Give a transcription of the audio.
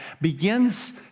begins